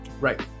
right